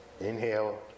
inhale